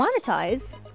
monetize